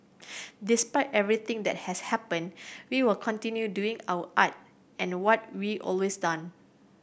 despite everything that has happened we will continue doing our art and what we always done